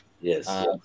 yes